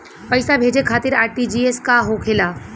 पैसा भेजे खातिर आर.टी.जी.एस का होखेला?